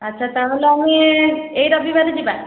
ଆଚ୍ଛା ତାହେଲେ ଆମେ ଏଇ ରବିବାର ଯିବା